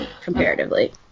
Comparatively